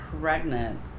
pregnant